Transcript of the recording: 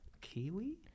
Kiwi